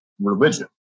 religion